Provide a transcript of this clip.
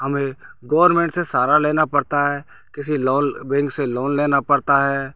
हमें गोरमेंट से सहारा लेना पड़ता है किसी लोन बैंक से लोन लेना पड़ता है